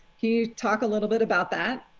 can you talk a little bit about that.